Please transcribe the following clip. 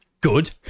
good